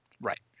Right